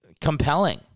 compelling